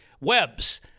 Webs